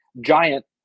Giant